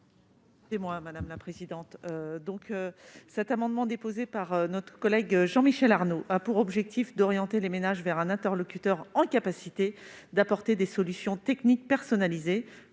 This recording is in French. est à Mme Annick Billon. Cet amendement, déposé par notre collègue Jean-Michel Arnaud, a pour objet d'orienter les ménages vers un interlocuteur en capacité d'apporter des solutions techniques personnalisées.